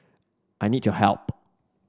I need your help